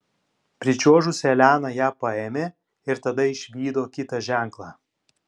pričiuožusi elena ją paėmė ir tada išvydo kitą ženklą